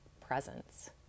presence